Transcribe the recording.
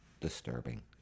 disturbing